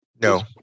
No